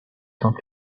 saint